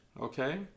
okay